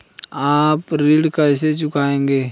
आप ऋण कैसे चुकाएंगे?